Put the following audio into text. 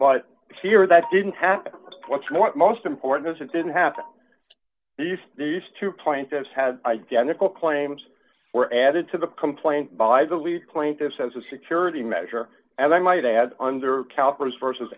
but here that didn't happen what's most important is it didn't have these these two plaintiffs had identical claims were added to the complaint by the lead plaintiffs as a security measure and i might add under cowper's versus